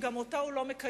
שגם אותה הוא לא מקיים,